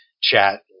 chat